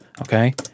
Okay